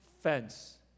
fence